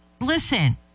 listen